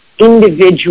individual